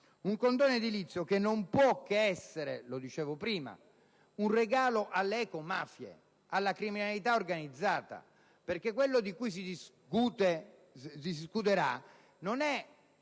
un condono edilizio che non può che essere - lo dicevo prima - un regalo alle ecomafie, alla criminalità organizzata. Ciò di cui si discuterà non è